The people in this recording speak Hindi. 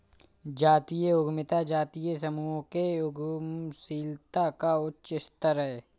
जातीय उद्यमिता जातीय समूहों के उद्यमशीलता का उच्च स्तर है